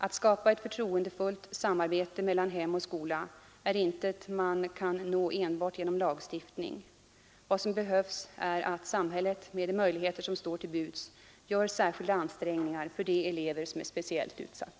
Att skapa ett förtroendefullt samarbete mellan hem och skola är intet man kan nå enbart genom lagstiftning. Vad som behövs är att samhället med de möjligheter som står till buds gör särskilda ansträngningar för de elever som är speciellt utsatta.